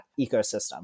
ecosystem